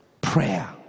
Prayer